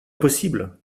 possible